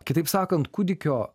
kitaip sakant kūdikio